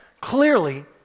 clearly